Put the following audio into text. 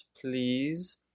please